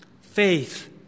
faith